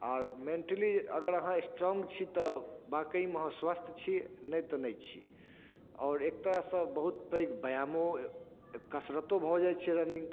आओर मेन्टली अगर अहाँ स्ट्रॉङ्ग छी तऽ वाकइमे अहाँ स्वस्थ छी नहि तऽ नहि छी आओर एक तरहसँ बहुत पैघ व्यायामो कसरतो भऽ जाइ छै रनिङ्ग